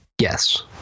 Yes